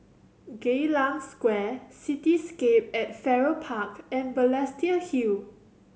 Geylang Square Cityscape at Farrer Park and Balestier Hill